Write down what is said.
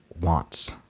wants